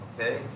okay